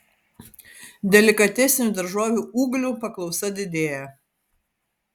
delikatesinių daržovių ūglių paklausa didėja